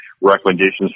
recommendations